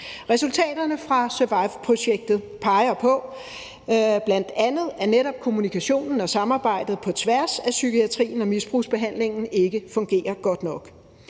Resultaterne fra SURVIVE-projektet peger på, at bl.a. netop kommunikationen og samarbejdet på tværs af psykiatrien og misbrugsbehandlingen ikke fungerer godt nok.